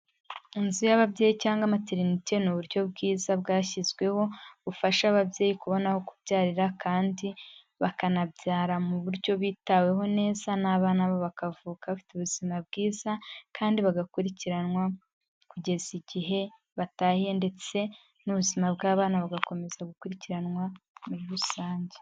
Inzu y'ababyeyi cyangwa maternite, ni uburyo bwiza bwashyizweho bufasha ababyeyi kubona aho kubyarira, kandi bakanabyara mu buryo bitaweho neza, n'abana babo bakavuka bafite ubuzima bwiza, kandi bagakurikiranwa kugeza igihe batahiye, ndetse n'ubuzima bw'abana bugakomeza gukurikiranwa muri rusange.